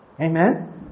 Amen